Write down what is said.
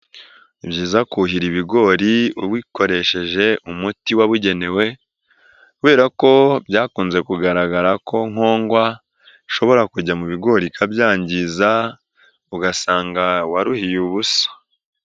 Ni byiza kuhira ibigori ubikoresheje umuti wabugenewe, kubera ko byakunze kugaragara ko nkongwa ishobora kujya mu bigori ikabyangiza, ugasanga waruhiye ubusa.